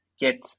get